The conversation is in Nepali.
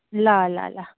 ल ल ल